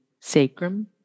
sacrum